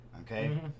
okay